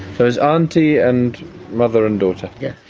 there's aunty and mother and daughter. yes.